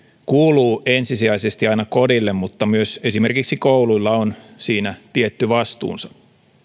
kuuluu ensisijaisesti aina kodille mutta myös esimerkiksi kouluilla on siinä tietty vastuunsa